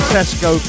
Tesco